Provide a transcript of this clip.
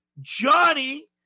Johnny